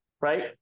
right